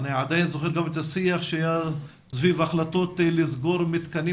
אני עדיין זוכר גם את השיח שהיה סביב החלטות לסגור מתקנים